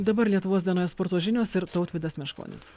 dabar lietuvos dienoje sporto žinios ir tautvydas meškonis